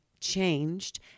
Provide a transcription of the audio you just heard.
changed